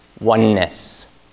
oneness